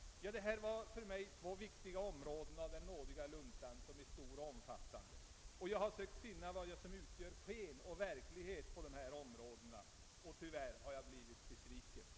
Jag har här berört två viktiga delar av nådiga luntan, som är stor och omfattande, och sökt finna ut vad som där är sken eller verklighet, men jag har tyvärr inte lyckats med detta.